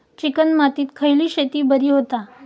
Chicken मातीत खयली शेती बरी होता?